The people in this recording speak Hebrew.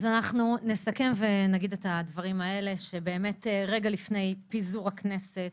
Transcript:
אנחנו נסכם ונגיד את הדברים האלה רגע לפני פיזור הכנסת.